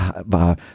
war